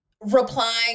replying